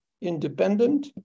independent